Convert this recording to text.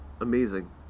Amazing